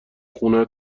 خونه